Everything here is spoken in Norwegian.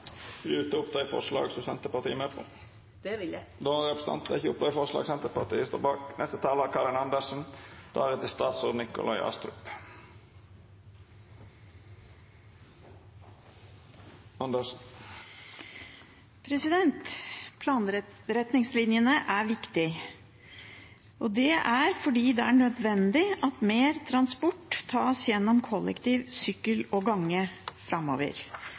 opp forslaget fra Senterpartiet og SV? Det vil jeg. Da har representanten Heidi Greni tatt opp det forslaget hun refererte til. Planretningslinjene er viktige. Det er fordi det er nødvendig at mer transport tas gjennom kollektiv, sykkel og gange framover.